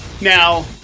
Now